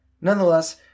Nonetheless